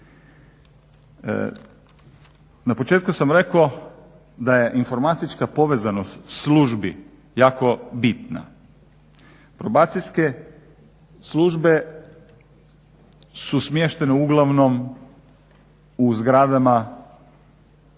Na početku sam rekao da je informatička povezanost službi jako bitna. Probacijske službe su smještene uglavnom u zgradama